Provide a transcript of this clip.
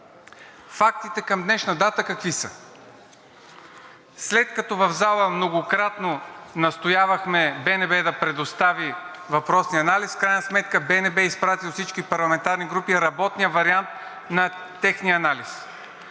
Фактите към днешна дата какви са? След като в залата многократно настоявахме БНБ да предостави въпросния анализ, в крайна сметка БНБ е изпратил до всички парламентарни групи работния вариант на техния анализ.